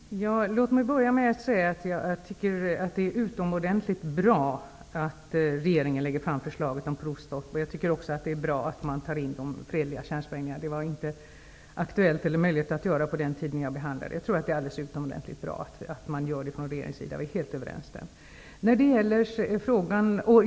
Fru talman! Låt mig börja med att säga att det är utomordentligt bra att regeringen lägger fram förslaget om provstopp. Jag tycker också att det är bra att man tar in de fredliga kärnsprängningarna. Det var inte möjligt att göra det på den tid jag förhandlade i dessa frågor. Jag tycker som sagt att det är utomordentligt bra från regeringens sida att göra det. Där är vi helt överens.